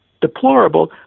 deplorable